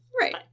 Right